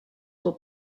were